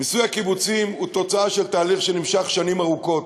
מיסוי הקיבוצים הוא תוצאה של תהליך שנמשך שנים ארוכות.